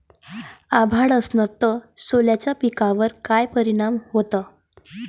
अभाळ असन तं सोल्याच्या पिकावर काय परिनाम व्हते?